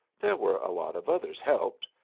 there were a lot of others helped.